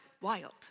wild